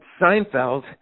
Seinfeld